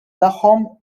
tagħhom